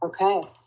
okay